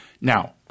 Now –